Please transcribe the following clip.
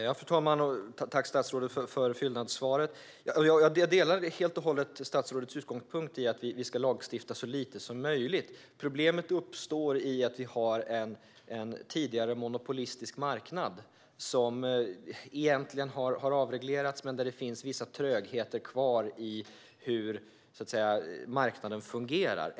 Fru talman! Tack, statsrådet, för fyllnadssvaret! Jag instämmer helt och hållet i statsrådets utgångspunkt att vi ska lagstifta så lite som möjligt. Problemet uppstår i att det råder en tidigare monopolistisk marknad som egentligen har avreglerats men där det finns vissa trögheter kvar i hur marknaden fungerar.